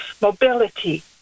mobility